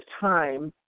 time